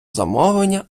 замовлення